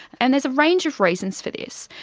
and there's a range of reasons for this.